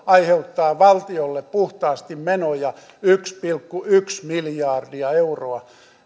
aiheuttaa valtiolle puhtaasti menoja yksi pilkku yksi miljardia euroa